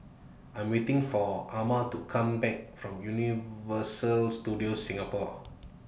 I Am waiting For Ama to Come Back from Universal Studios Singapore